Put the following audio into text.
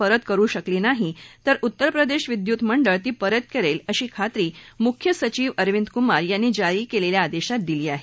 परत करु शकली नाही तर उत्तर प्रदेश विद्युत मंडळ ती परत करेल अशी खात्री मुख्यसचिव अरविंद कुमार यांनी जारी केलेल्या आदेशात दिली आहे